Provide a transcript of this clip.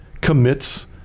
commits